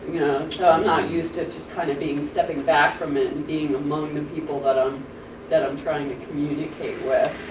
so not used to just kind of being stepping back from it and being among the people that um that i'm trying to communicate with.